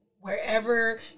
wherever